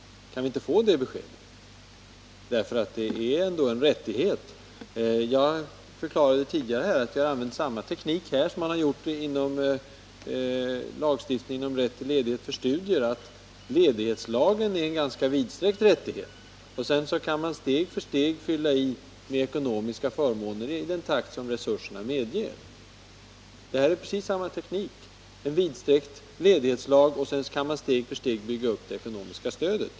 Det är ändå fråga om en rättighet. Jag har tidigare förklarat att man i detta fall har tillämpat samma teknik som vad gäller lagstiftningen om rätt till ledighet för studier. Ledighetslagen medeger i det fallet en ganska vidsträckt rättighet. Man kan sedan fylla på steg för steg med ekonomiska förmåner i den takt som resurserna medger detta. Tekniken är alltså densamma när det gäller föräldraledigheten. Det ges en vidsträckt rättighet att ta ledigt, och den lag där detta föreskrivs kan sedan steg för steg byggas på med ett ekonomiskt stöd.